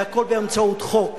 והכול באמצעות חוק.